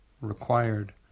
required